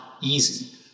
easy